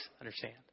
Understand